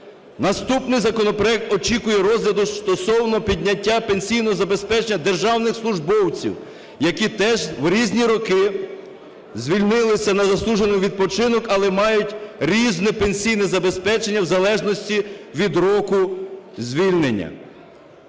Наступний законопроект очікує розгляду стосовно підняття пенсійного забезпечення державних службовців, які теж у різні роки звільнилися на заслужений відпочинок, але мають різне пенсійне забезпечення в залежності від року звільнення.